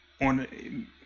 on